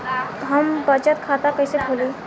हम बचत खाता कइसे खोलीं?